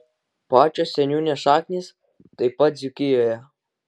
pačios seniūnės šaknys taip pat dzūkijoje